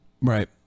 right